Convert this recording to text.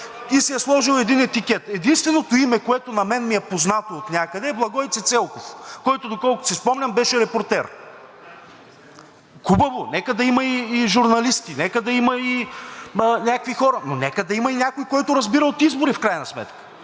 и си е сложил един етикет? Единственото име, което на мен ми е познато отнякъде, е Благой Цицелков, който, доколкото си спомням, беше репортер. Хубаво, нека да има и журналисти, нека да има и някакви хора, но нека да има и някой, който разбира от избори в крайна сметка,